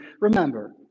Remember